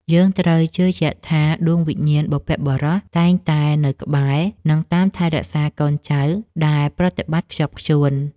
យើងត្រូវជឿជាក់ថាដួងវិញ្ញាណបុព្វបុរសតែងតែនៅក្បែរនិង តាមថែរក្សាកូនចៅដែលប្រតិបត្តិខ្ជាប់ខ្ជួន។